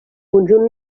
conjunt